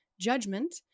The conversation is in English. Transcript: judgment